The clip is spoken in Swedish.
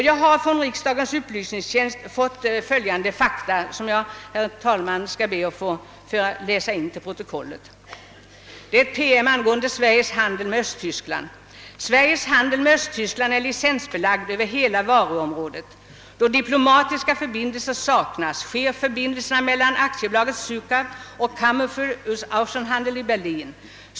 Jag har från riksdagens upplysningstjänst fått följande fakta som jag, herr talman, skall be att få läsa in i protokollet. Det är en PM angående Sve riges handel med Östtyskland, där det bl.a. heter: »Sveriges handel med Östtyskland är licensbelagd över hela varuområdet. Då diplomatiska förbindelser saknas sker förbindelserna mellan AB Sukab och Kammer fär Aussenhandel i Berlin.